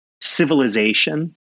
civilization